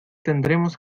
tendremos